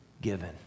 given